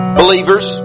believers